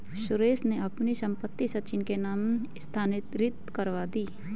सुरेश ने अपनी संपत्ति सचिन के नाम स्थानांतरित करवा दी